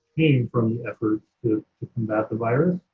came from the efforts to to combat the virus?